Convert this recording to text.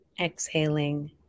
Exhaling